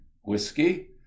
whiskey